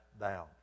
down